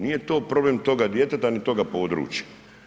Nije to problem toga djeteta ni toga područja.